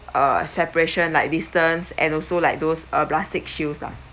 uh have the tables will still have uh separation like distance and also like those uh plastic shields lah